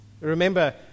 Remember